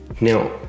Now